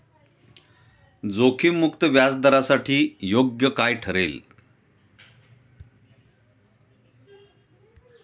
जोखीम मुक्त व्याजदरासाठी काय योग्य ठरेल?